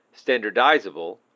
standardizable